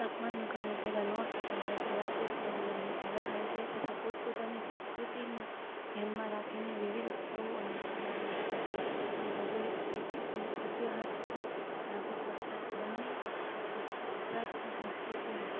તાપમાનના કારણે ભેગા ન થતા હોવાથી રાત્રે તેઓ બધાય ભેગા થાય છે તથા પોતપોતાની સંસ્કૃતિને ધ્યાનમાં રાખીને વિવિધ ઉત્સવો અને તહેવારો ઉજવે છે આમ ભૌગોલિક સ્થિતિ અને ઇતિહાસને લાગુ પડતા બન્ને રીતે ગુજરાતની સંસ્કૃતિમાં